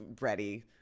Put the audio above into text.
ready